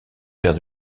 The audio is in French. père